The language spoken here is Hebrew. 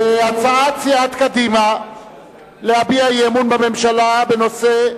הצעת סיעת קדימה להביע אי-אמון בממשלה בנושא: